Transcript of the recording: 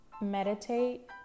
Meditate